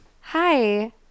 Hi